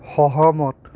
সহমত